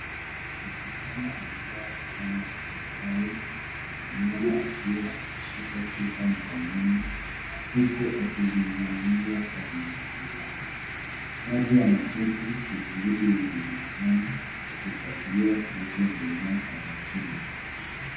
Msichana amevaa fulana ya Kenya Airways ,amesimama akiwa ameshika chupa mkononi huku akizungumza kwa msisimuko, watu wameketi kwenye viti ya jukwaani wakifuatilia kinachoendelea kwa makini.